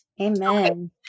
Amen